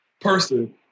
person